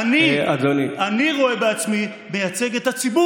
אתה מייצג,